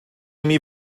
imi